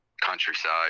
countryside